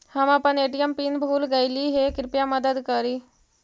हम अपन ATM PIN भूल गईली हे, कृपया मदद करी